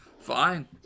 fine